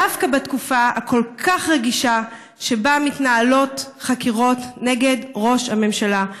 דווקא בתקופה הכל-כך רגישה שבה מתנהלות חקירות נגד ראש הממשלה.